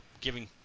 giving